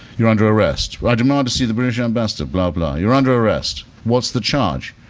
you're under arrest. well, i demand to see the british ambassador. blah, blah, you're under arrest. what's the charge?